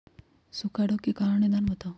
सूखा रोग के कारण और निदान बताऊ?